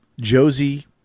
Josie